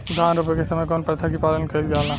धान रोपे के समय कउन प्रथा की पालन कइल जाला?